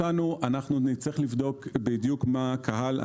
נצטרך לבדוק בדיוק מי הקהל.